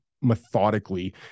methodically